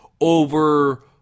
over